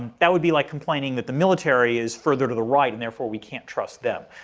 that would be like complaining that the military is further to the right and therefore we can't trust them.